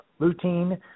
lutein